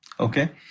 Okay